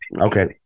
Okay